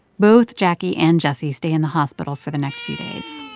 both jacquie and jessie stay in the hospital for the next few days.